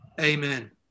Amen